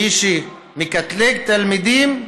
מי שמקטלג תלמידים,